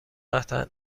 قطعا